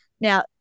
Now